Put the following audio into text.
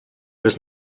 bis